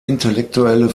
intellektuelle